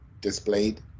displayed